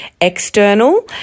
external